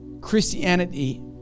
Christianity